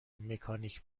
مکانیک